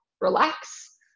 relax